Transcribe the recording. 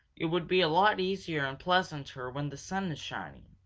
it would be a lot easier and pleasanter when the sun is shining.